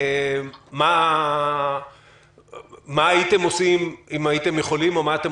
ומה הייתם עושים אם הייתם יכולים או מה אתם